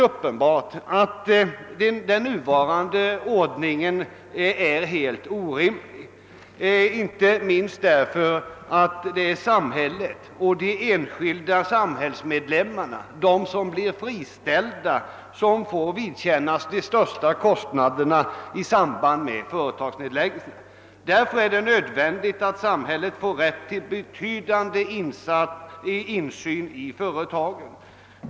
Uppenbart är den nuvarande ordningen helt orimlig, inte minst därför att det är samhället och de enskilda samhällsmedlemmar som = »friställs«, sum får vidkännas de största kostnaderna i samband med företagsnedläggningar. Det är därför nödvändigt att samhället får rätt till en betydande insyn i företagen.